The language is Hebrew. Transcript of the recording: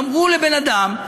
אמרו לבן אדם: